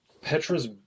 Petra's